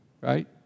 right